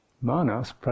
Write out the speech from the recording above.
manas